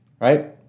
Right